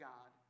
God